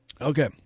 Okay